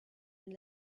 and